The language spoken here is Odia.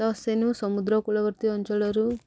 ତ ସେନୁ ସମୁଦ୍ର କୂଳବର୍ତ୍ତୀ ଅଞ୍ଚଳରୁ